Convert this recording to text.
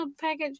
package